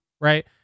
right